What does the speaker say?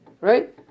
right